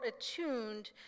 attuned